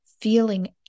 feeling